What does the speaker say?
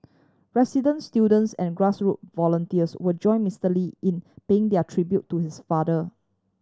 residents students and grass root volunteers will join Mister Lee in paying their tribute to his father